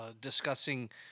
discussing